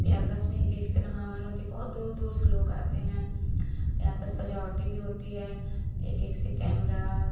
प्रयागराज में एक से एक नहावन होते हैं बहुत दूर दूर से लोग आते हैं यहाँ पर सजावटें भी होती हैं एक एक से केमरा